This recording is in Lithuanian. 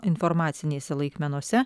informacinėse laikmenose